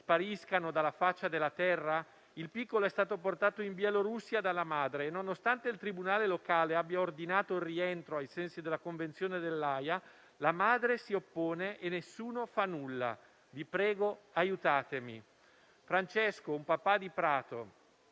spariscano dalla faccia della Terra? Il piccolo è stato portato in Bielorussia dalla madre e, nonostante il tribunale locale abbia ordinato il rientro, ai sensi della Convenzione dell'Aia, la madre si oppone e nessuno fa nulla. Vi prego, aiutatemi». Francesco, un papà di Prato,